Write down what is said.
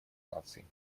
наций